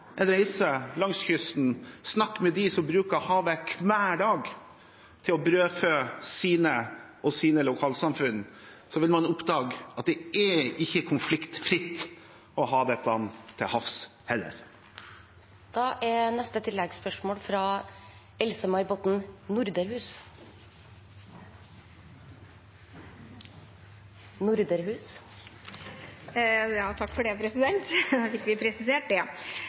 en reise langs kysten. Snakker man med dem som bruker havet hver dag for å brødfø sine og sitt lokalsamfunn, vil man oppdage at det er ikke konfliktfritt å ha dette til havs heller. Det blir oppfølgingsspørsmål – først Else-May Botten Norderhus.